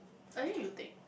I think you take